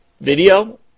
video